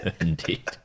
Indeed